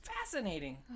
fascinating